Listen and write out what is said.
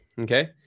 Okay